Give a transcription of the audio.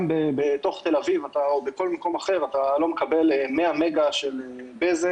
גם בתוך תל אביב או בכל מקום אחר אתה לא מקבל 100 מגה של בזק,